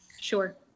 sure